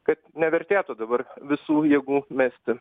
kad nevertėtų dabar visų jėgų mesti